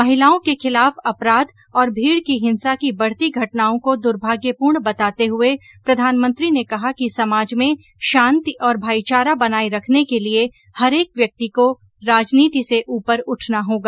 महिलाओं के खिलाफ अपराध और भीड़ की हिंसा की बढ़ती घटनाओं को दुर्भाग्यपूर्ण बताते हुए प्रधानमंत्री ने कहा कि समाज में शांति और भाईचारा बनाए रखने के लिए हरेक व्यक्ति को राजनीति से ऊपर उठना होगा